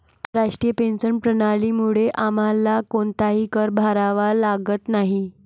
राष्ट्रीय पेन्शन प्रणालीमुळे आम्हाला कोणताही कर भरावा लागत नाही